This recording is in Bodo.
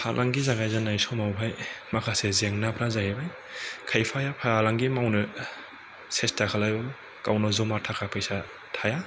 फालांगि जागाय जेननाय समावहाय माखासे जेंनाफ्रा जाहैबाय खायफाया फालांगि मावनो सेसता खालामो गावनाव जमा थाखा फैसा थाया